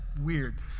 weird